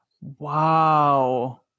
Wow